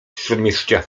śródmieścia